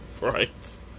Right